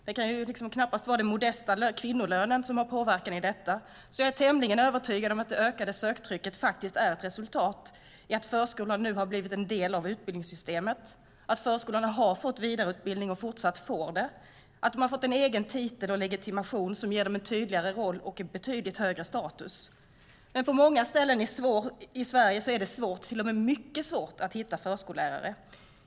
Det kan ju knappast vara den modesta kvinnolönen som har påverkan i detta, så jag är tämligen övertygad om att det ökade söktrycket faktiskt är ett resultat av att förskolan nu har blivit en del av utbildningssystemet, att förskollärarna har fått vidareutbildning och fortsatt får det, att de har fått en egen titel och legitimation som ger dem en tydligare roll och betydligt högre status. Men på många ställen i Sverige är det svårt, till och med mycket svårt, att hitta förskollärare.